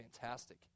fantastic